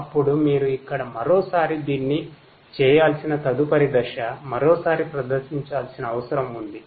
అప్పుడు మీరు ఇక్కడ మరోసారి దీన్ని చేయాల్సిన తదుపరి దశ మరోసారి ప్రదర్శించాల్సిన అవసరం ఉంది